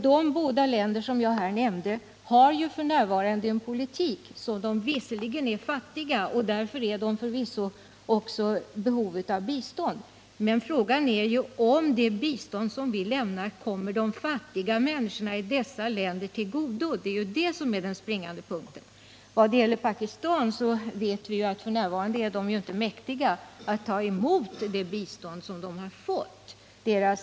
De båda länder som jag nämnde är visserligen fattiga och därför förvisso också i behov av bistånd, men frågan är om det bistånd som Sverige lämnar kommer de fattiga människorna i dessa länder till godo. Det är det som är den springande punkten. Vad det gäller Pakistan vet vi att det landet f. n. inte är mäktigt att ta emot det bistånd som det får.